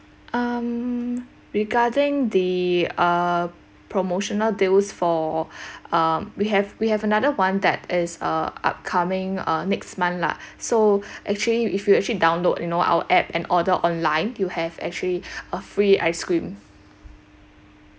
um regarding the uh promotional deals for um we have we have another one that is a upcoming uh next month lah so actually if you actually download you know our app and order online you have actually a free ice cream